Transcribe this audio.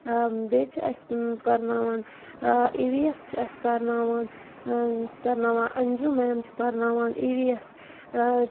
بیٚیہِ چھِ اَسہِ پَرناوان اِیی وی اٮ۪س چھِ اَسہِ پَرناوان پَرناوان اَنجوٗ میم چھُ پَرناوان ایی وی اٮ۪س